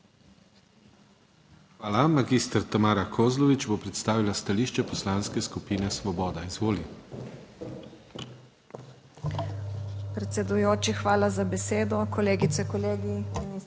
Hvala. Magistra Tamara Kozlovič bo predstavila stališče Poslanske skupine Svoboda. Izvoli.